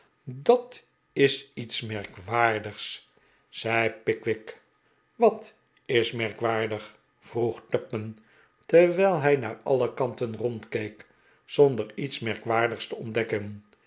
dat is iets merkwaardigs zei pickwick wat is merkwaardig vroeg tupman terwijl hij naar alle kanten rondkeek zonder iets merkwaardigs te ontdekken